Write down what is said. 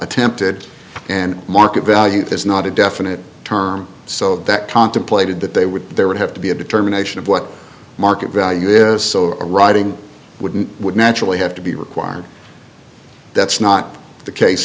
attempted and market value is not a definite term so that contemplated that they would there would have to be a determination of what market value is so arriving wouldn't would naturally have to be required that's not the case